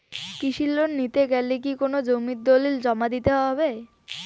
কৃষি লোন নিতে হলে কি কোনো জমির দলিল জমা দিতে হবে?